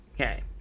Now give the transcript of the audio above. Okay